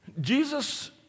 Jesus